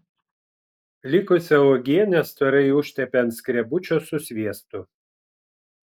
likusią uogienę storai užtepė ant skrebučio su sviestu